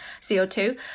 CO2